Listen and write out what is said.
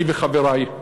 אני וחברי,